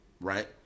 right